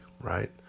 right